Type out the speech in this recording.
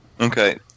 Okay